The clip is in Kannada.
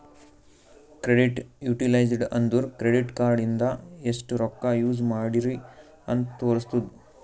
ಕ್ರೆಡಿಟ್ ಯುಟಿಲೈಜ್ಡ್ ಅಂದುರ್ ಕ್ರೆಡಿಟ್ ಕಾರ್ಡ ಇಂದ ಎಸ್ಟ್ ರೊಕ್ಕಾ ಯೂಸ್ ಮಾಡ್ರಿ ಅಂತ್ ತೋರುಸ್ತುದ್